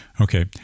Okay